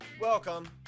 Welcome